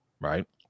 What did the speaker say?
right